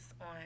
on